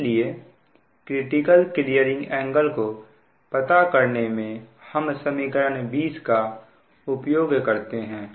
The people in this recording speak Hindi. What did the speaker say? इसलिए क्रिटिकल क्लीयरिंग एंगल को पता करने में हम समीकरण 20 का उपयोग करते हैं